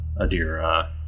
Adira